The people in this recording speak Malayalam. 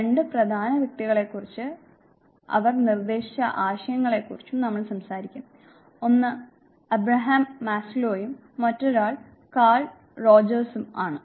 രണ്ട് പ്രധാന വ്യക്തികളെക്കുറിച്ചും അവർ നിർദ്ദേശിച്ച ആശയങ്ങളെക്കുറിച്ചും നമ്മൾ സംസാരിക്കും ഒന്ന് അബ്രഹാം മാസ്ലോയും മറ്റൊരാൾ കാൾ റോജേഴ്സും ആണ്